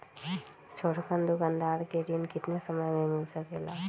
छोटकन दुकानदार के ऋण कितने समय मे मिल सकेला?